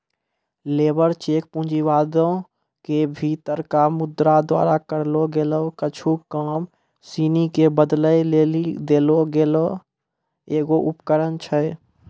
labour cheque पूँजीवादो के भीतरका मुद्रा द्वारा करलो गेलो कुछु काम सिनी के बदलै लेली देलो गेलो एगो उपकरण छै